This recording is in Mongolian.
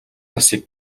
насыг